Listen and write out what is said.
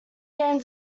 game